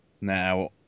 Now